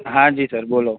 હા જી સર બોલો